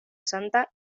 santa